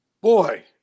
boy